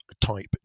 type